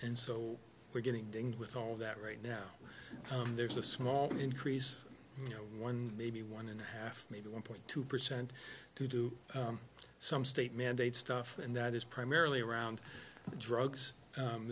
and so we're getting with all that right now there's a small increase you know one maybe one and a half maybe one point two percent to do some state mandates stuff and that is primarily around drugs